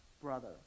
brother